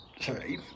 Sorry